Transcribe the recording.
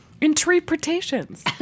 Interpretations